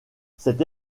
cette